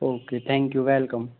okay thank you welcome